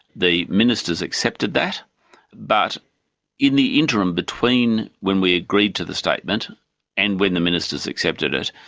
the ministers accepted that but in the interim between when we agreed to the statement and when the ministers accepted it,